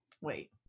Wait